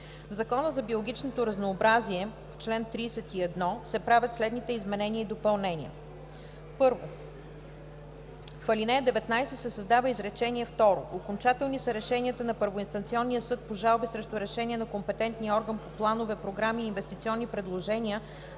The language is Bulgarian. В закона за биологичното разнообразие (обн., ДВ, бр. …) в чл. 31 се правят следните изменения и допълнения: 1. В ал. 19 се създава изречение второ: „Окончателни са решенията на първоинстанционния съд по жалби срещу решения на компетентния орган по планове, програми и инвестиционни предложения,